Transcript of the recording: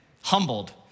humbled